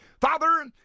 Father